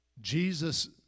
Jesus